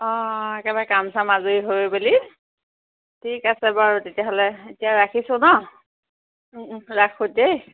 অঁ অঁ একেবাৰে কাম চাম আজৰি হৈ বুলি ঠিক আছে বাৰু তেতিয়াহ'লে এতিয়া ৰাখিছোঁ ন ৰাখোঁ দেই